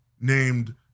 named